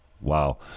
Wow